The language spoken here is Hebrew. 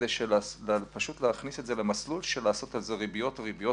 כדי להכניס את זה למסלול של לעשות על זה ריביות וריביות